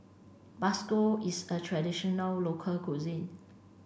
bakso is a traditional local cuisine